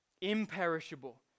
Imperishable